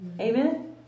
amen